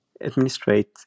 administrate